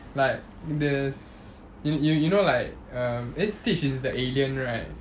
like there's you you you you know like err eh stitch is the alien right